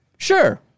Sure